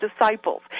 disciples